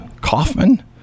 Kaufman